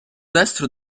destro